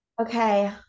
Okay